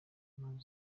bukomeye